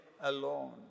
alone